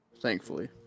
thankfully